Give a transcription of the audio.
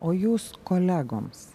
o jūs kolegoms